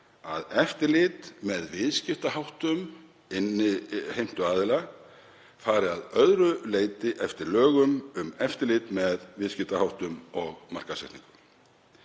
að eftirlit með viðskiptaháttum innheimtuaðila fari að öðru leyti eftir lögum um eftirlit með viðskiptaháttum og markaðssetningu.